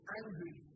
angry